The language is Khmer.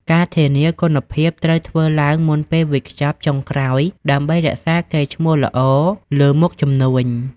ការធានា គុណភាពត្រូវធ្វើឡើងមុនពេលវេចខ្ចប់ចុងក្រោយដើម្បីរក្សាកេរ្តិ៍ឈ្មោះល្អលើមុខជំនួញ។